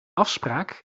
afspraak